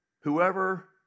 whoever